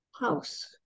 house